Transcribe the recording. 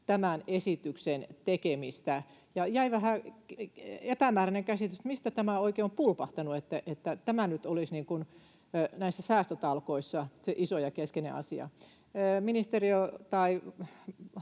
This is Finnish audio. tämän esityksen tekemistä. Ja jäi vähän epämääräinen käsitys siitä, mistä tämä oikein on pulpahtanut, että tämä nyt olisi näissä säästötalkoissa se iso ja keskeinen asia. Ministeriö tai